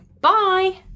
Bye